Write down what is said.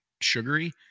sugary